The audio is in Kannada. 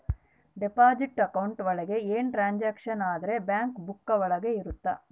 ಡೆಪಾಸಿಟ್ ಅಕೌಂಟ್ ಒಳಗ ಏನೇ ಟ್ರಾನ್ಸಾಕ್ಷನ್ ಆದ್ರೂ ಬ್ಯಾಂಕ್ ಬುಕ್ಕ ಒಳಗ ಇರುತ್ತೆ